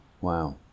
Wow